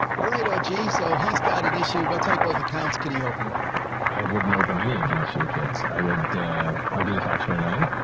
all right. oh, gee. so he's got an issue. what type of accounts can he open. og i wouldn't open any accounts for the kids. i would, ah, i do the five twenty nine.